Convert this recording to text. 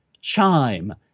Chime